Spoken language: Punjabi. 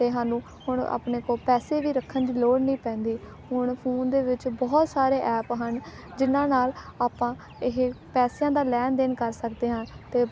ਅਤੇ ਸਾਨੂੰ ਹੁਣ ਆਪਣੇ ਕੋਲ ਪੈਸੇ ਵੀ ਰੱਖਣ ਦੀ ਲੋੜ ਨਹੀਂ ਪੈਂਦੀ ਹੁਣ ਫੋਨ ਦੇ ਵਿੱਚ ਬਹੁਤ ਸਾਰੇ ਐਪ ਹਨ ਜਿਨ੍ਹਾਂ ਨਾਲ ਆਪਾਂ ਇਹ ਪੈਸਿਆਂ ਦਾ ਲੈਣ ਦੇਣ ਕਰ ਸਕਦੇ ਹਾਂ ਅਤੇ